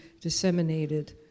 disseminated